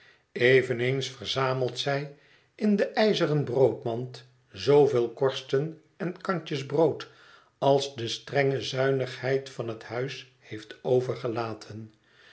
eveneens verzamelt zij in de ijzeren broodmand zooveel korsten en kantjes brood als de strenge zuinigheid van het huis heeft overgelaten